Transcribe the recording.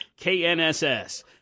KNSS